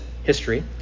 history